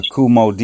Kumo